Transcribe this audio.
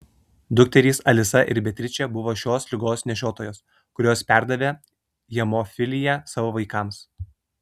dukterys alisa ir beatričė buvo šios ligos nešiotojos kurios perdavė hemofiliją savo vaikams